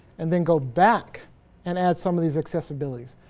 and then go back and add some of these accessibilities.